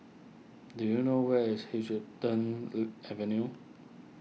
do you know where is Huddington Look Avenue